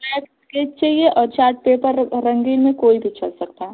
black sketch चाहिए और chart paper रंगीन में कोई भी चल सकता है